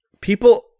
People